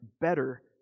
better